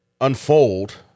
unfold